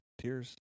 Tears